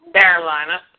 Carolina